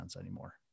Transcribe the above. anymore